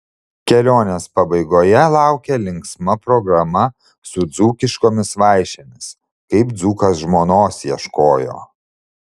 kelionės pabaigoje laukė linksma programa su dzūkiškomis vaišėmis kaip dzūkas žmonos ieškojo